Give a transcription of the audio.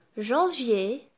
Janvier